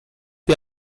wie